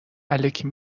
الکی